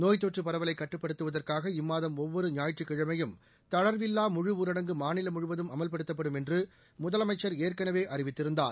நோய்த் தொற்றுப் பரவலை கட்டுப்படுத்துவதற்காக இம்மாதம் ஒவ்வொரு ஞாயிற்றுக்கிழமையும் தளர்வில்லா முழுஊரடங்கு மாநிலம் முழுவதும் அமல்படுத்தப்படும் என்று முதலமைச்சர் ஏற்கனவே அறிவித்திருந்தார்